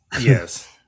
Yes